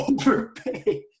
overpaid